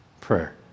prayer